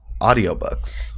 audiobooks